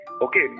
Okay